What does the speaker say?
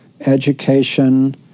education